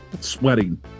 sweating